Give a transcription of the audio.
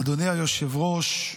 אדוני היושב-ראש,